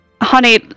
Honey